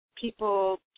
people